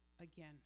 again